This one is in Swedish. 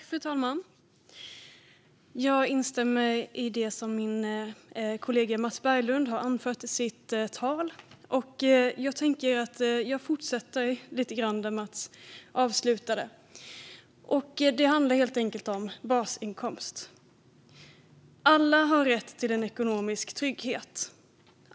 Fru talman! Jag instämmer i det som min kollega Mats Berglund har anfört i sitt tal och tänkte fortsätta lite grann där han avslutade. Det handlar helt enkelt om basinkomst. Alla har rätt till ekonomisk trygghet.